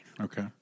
Okay